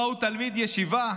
ראו תלמידי ישיבה,